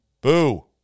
Boo